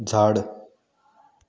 झाड